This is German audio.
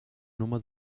nummer